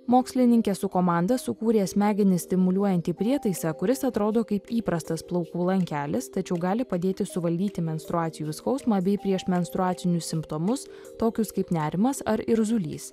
mokslininkė su komanda sukūrė smegenis stimuliuojantį prietaisą kuris atrodo kaip įprastas plaukų lankelis tačiau gali padėti suvaldyti menstruacijų skausmą bei priešmenstruacinius simptomus tokius kaip nerimas ar irzulys